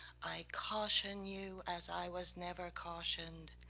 i caution you as i was never cautioned.